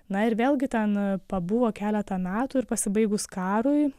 na ir vėlgi ten pabuvo keletą metų ir pasibaigus karui